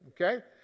okay